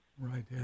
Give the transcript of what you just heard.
Right